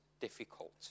difficult